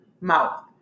mouth